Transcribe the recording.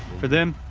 for them,